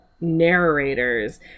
narrators